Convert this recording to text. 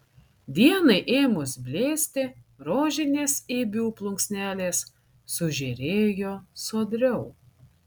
dienai ėmus blėsti rožinės ibių plunksnelės sužėrėjo sodriau